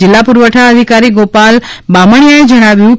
જિલ્લા પુરવઠા અધિકારી ગોપાલ બામણિયાએ જણાવ્યું છે